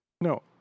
No